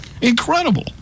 Incredible